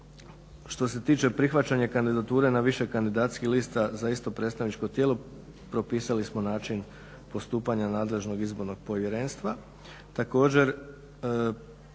što se tiče prihvaćanja kandidature na više kandidacijskih lista za isto predstavničko tijelo propisali smo način postupanja nadležnog Izbornog povjerenstva.